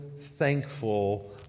thankful